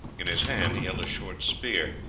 in his hand he held a short spear,